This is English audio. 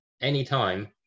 anytime